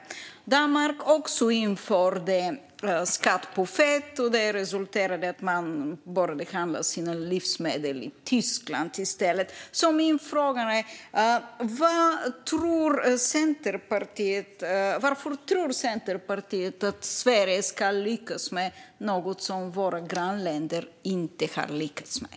Danmark införde också skatt på fett. Det resulterade i att man började handla sina livsmedel i Tyskland i stället. Min fråga är: Varför tror Centerpartiet att Sverige ska lyckas med något som våra grannländer inte har lyckats med?